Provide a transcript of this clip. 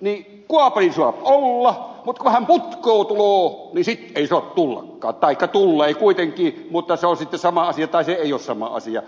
niin kuapeli suap olla mut kuhan putkoo tulloo niin ei sua tullakkaan taikka tulloo kuitenkin mutta se on sitten sama asia tai se ei ole sama asia